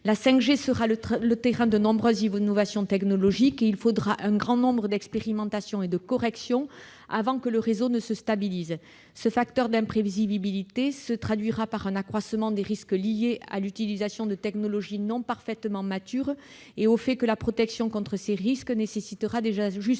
La 5G sera le terreau de nombreuses innovations technologiques et un grand nombre d'expérimentations et de corrections seront nécessaires avant que le réseau ne se stabilise. Ce facteur d'imprévisibilité induira un accroissement des risques lié à l'utilisation de technologies non parfaitement matures et au fait que la protection contre ces risques nécessitera des ajustements.